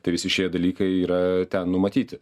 tai visi šie dalykai yra ten numatyti